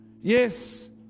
Yes